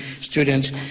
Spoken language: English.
students